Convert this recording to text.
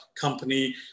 company